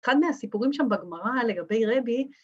‫אחד מהסיפורים שם בגמרא ‫לגבי רבי...